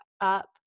up